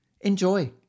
Enjoy